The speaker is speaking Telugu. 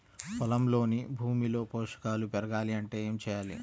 పొలంలోని భూమిలో పోషకాలు పెరగాలి అంటే ఏం చేయాలి?